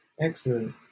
excellent